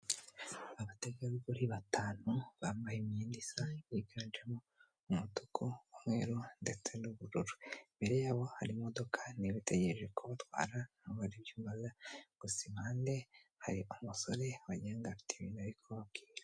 Abategarugori batanu, bambaye imyenda isa, yiganjemo umutuku, umweru ndetse n'ubururu, imbere yabo hari imodoka, niba itegereje kubatwara ntabe ari byo ubaza, gusa impande hari umusore wagirango afite ibintu arimo kubabwira.